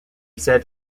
said